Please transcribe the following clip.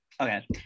Okay